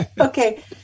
Okay